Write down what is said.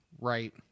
Right